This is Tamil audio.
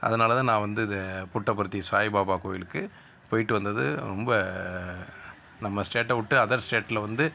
அதனால்தான் நான் வந்து இதை புட்டபர்த்தி சாய்பாபா கோயிலுக்கு போய்ட்டு வந்தது ரொம்ப நம்ம ஸ்டேட்டை விட்டு அதர் ஸ்டேட்ல வந்து